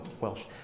Welsh